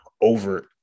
over